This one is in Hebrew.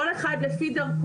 כל אחד על פי דרכו,